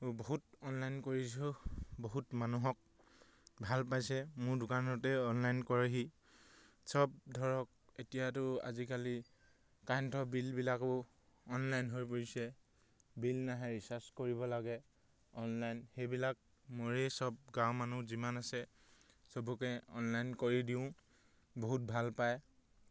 বহুত অনলাইন কৰিছোঁ বহুত মানুহক ভাল পাইছে মোৰ দোকানতে অনলাইন কৰেহি চব ধৰক এতিয়াতো আজিকালি কাৰেণ্টৰ বিলবিলাকো অনলাইন হৈ পৰিছে বিল নাহে ৰিচাৰ্জ কৰিব লাগে অনলাইন সেইবিলাক মোৰেই চব গাঁৱৰ মানুহ যিমান আছে চবকে অনলাইন কৰি দিওঁ বহুত ভাল পায়